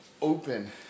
open